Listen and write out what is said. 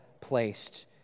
placed